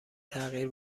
تغییر